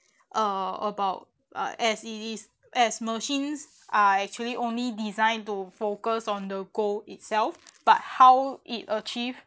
uh about uh as it is as machines are actually only designed to focus on the goal itself but how it achieve